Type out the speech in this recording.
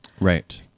Right